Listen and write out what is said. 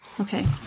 Okay